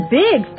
big